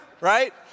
right